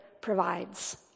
provides